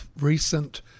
recent